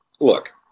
look